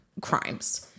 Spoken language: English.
crimes